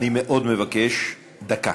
אני מאוד מבקש, דקה.